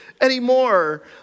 anymore